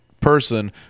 person